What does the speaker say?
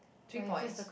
three points